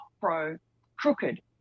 pro-crooked